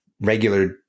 regular –